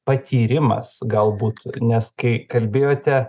patyrimas galbūt nes kai kalbėjote